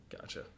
Gotcha